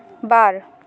ᱵᱟᱨ